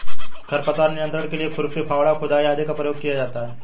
खरपतवार नियंत्रण के लिए खुरपी, फावड़ा, खुदाई आदि का प्रयोग किया जाता है